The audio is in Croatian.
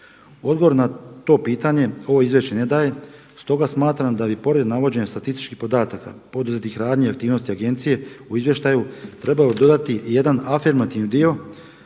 Odgovor na to pitanje ovo izvješće ne daje, stoga smatram da bi pored navođenja statističkih podataka, poduzetih radnji i aktivnosti agencije u izvještaju trebalo dodati jedan afirmativni dio